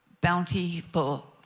bountiful